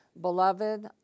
Beloved